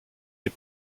des